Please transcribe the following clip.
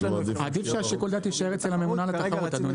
עדיף שהשיקול דעת יישאר אצל הממונה על התחרות אדוני.